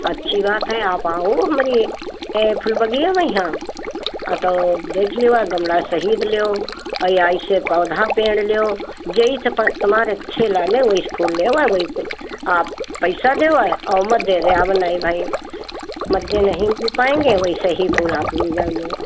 अच्छी बात है आप आओ हमरी अये फुलबगिया महिया तो देखि लेओ गमला सहित लेऊ और या ऐसे पौधा पेड़ लेओ जईस प तुम्हें अच्छे लागे ऊस फूल लेओ वैसे आप पईसा देऊ आय और मत देवे आव नहीं भाई मद्दे नहीं मिल पाएंगे वैसे ही फूल आप ले जाईए